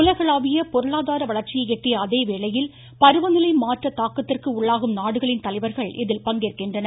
உலகளாவிய பொருளாதார வளர்ச்சியை எட்டிய அதேவேளையில் பருவநிலை மாற்ற தாக்கத்திற்கு உள்ளாகும் நாடுகளின் தலைவர்கள் இதில் பங்கேற்கின்றனர்